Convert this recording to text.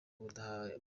buhagije